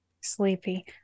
Sleepy